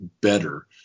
better